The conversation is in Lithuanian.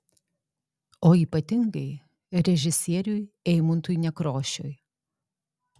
o ypatingai režisieriui eimuntui nekrošiui